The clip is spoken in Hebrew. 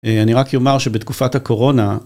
אני רק יאמר שבתקופת הקורונה...